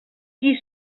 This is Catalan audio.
qui